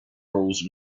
rose